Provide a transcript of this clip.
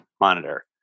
monitor